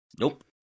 Nope